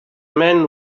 men